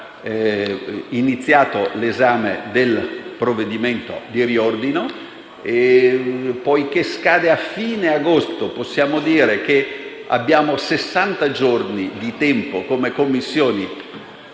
iniziato l'esame del provvedimento di riordino. E, poiché scade a fine agosto, posso dire che abbiamo sessanta giorni di tempo nelle Commissioni